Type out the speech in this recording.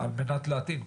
על מנת להטעין.